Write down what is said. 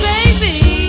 Baby